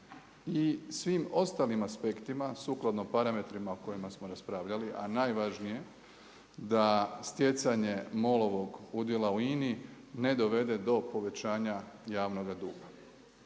i svim ostalim aspektima sukladno parametrima o kojima smo raspravljali, a najvažnije da stjecanje MOL-ovo udjela u INA-i ne dovede do povećanja javnoga duga.